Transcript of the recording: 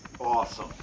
Awesome